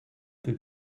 peu